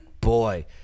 boy